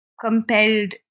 compelled